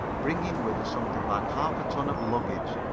bringing with her something like half-a-ton of luggage.